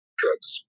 drugs